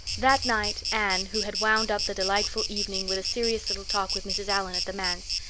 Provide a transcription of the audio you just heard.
that night anne, who had wound up the delightful evening with a serious little talk with mrs. allan at the manse,